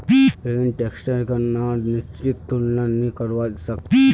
लेकिन टैक्सक गणनार निश्चित तुलना नी करवा सक छी